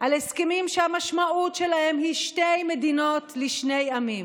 על הסכמים שהמשמעות שלהם היא שתי מדינות לשני עמים,